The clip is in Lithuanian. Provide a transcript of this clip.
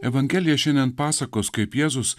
evangelija šiandien pasakos kaip jėzus